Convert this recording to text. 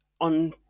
on